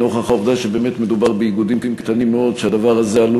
נוכח העובדה שבאמת מדובר באיגודים קטנים מאוד והדבר הזה עלול